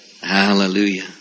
Hallelujah